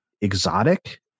exotic